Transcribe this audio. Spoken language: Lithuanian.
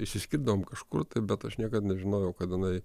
išsiskirdavom kažkur tai bet aš niekad nežinojau kad jinai